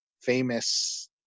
famous